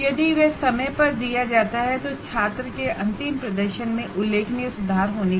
यदि वह समय पर दिया जाता है तो छात्र फाइनल में अच्छा परफॉर्म करते है